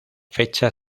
fecha